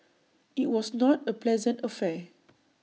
IT was not A pleasant affair